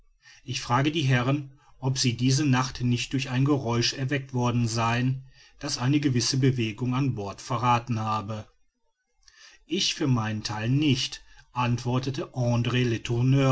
ich frage die herren ob sie diese nacht nicht durch ein geräusch erweckt worden seien das eine gewisse bewegung an bord verrathen habe ich für meinen theil nicht antwortet andr